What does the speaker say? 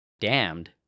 damned